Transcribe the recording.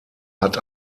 hat